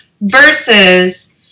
versus